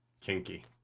Kinky